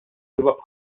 vivos